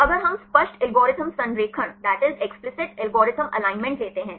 तो अगर हम स्पष्ट एल्गोरिथ्म संरेखण लेते हैं